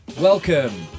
Welcome